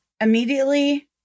Immediately